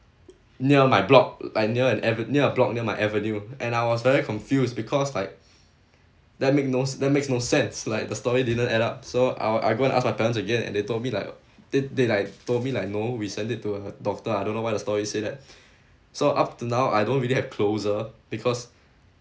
near my blog like near an ave~ near a block near my avenue and I was very confused because like that make no s~ that makes no sense like the story didn't add up so I w~ I go and ask my pants again and they told me like they they like told me like no we sent it to a doctor I don't know why the stories say that so up to now I don't really have closure because